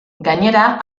gainera